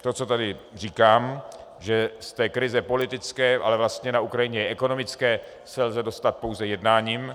To, co tady říkám, že z krize politické, ale vlastně na Ukrajině i ekonomické se lze dostat pouze jednáním.